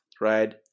right